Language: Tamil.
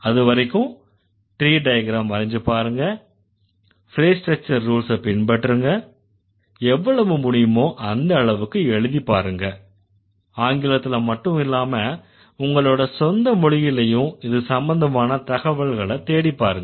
அதுவரைக்கும் ட்ரீ டயக்ரம் வரைஞ்சு பாருங்க ஃப்ரேஸ் ஸ்ட்ரக்சர் ரூல்ஸ பின்பற்றுங்க எவ்வளவு முடியுமோ அந்த அளவுக்கு எழுதிப்பாருங்க ஆங்கிலத்துல மட்டுமில்லாம உங்களோட சொந்த மொழியிலயும் இது சம்பந்தமான தகவல்களை தேடிப்பாருங்க